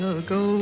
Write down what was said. ago